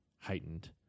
heightened